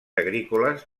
agrícoles